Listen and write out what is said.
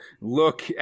look